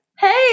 Hey